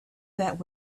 that